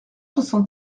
soixante